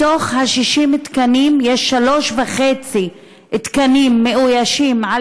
מה-60 תקנים יש שלושה וחצי תקנים מאוישים על